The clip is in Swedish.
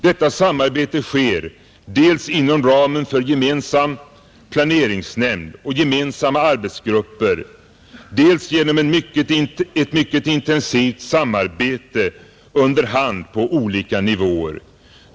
Detta samarbete sker dels inom ramen för gemensam planeringsnämnd och gemensamma arbetsgrupper, dels genom ett mycket intensivt samarbete under hand på olika nivåer.